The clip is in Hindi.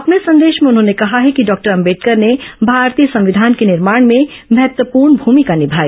अपने संदेश में उन्होंने कहा है कि डॉक्टर अंबेडकर ने भारतीय संविधान के निर्माण में महत्वपूर्ण भूमिका निभाई